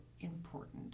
important